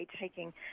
taking